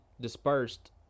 dispersed